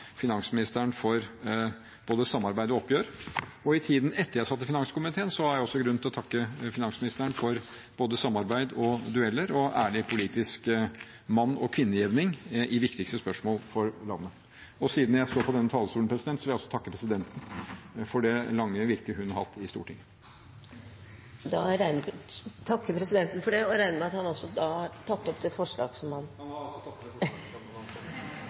finansministeren for både samarbeid og oppgjør. I tiden etter jeg satt i finanskomiteen, har jeg også grunn til å takke finansministeren for både samarbeid og dueller og ærlig politisk mann- og kvinnejevning i viktige spørsmål for landet. Og siden jeg står på denne talerstolen, vil jeg også takke presidenten for det lange virket hun har hatt i Stortinget. Da takker presidenten for det og regner med at representanten også har tatt opp forslag. Han har også tatt opp forslag. Representanten Jonas Gahr Støre har tatt opp det forslaget han